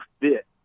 fit